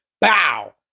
bow